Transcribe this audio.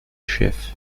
chef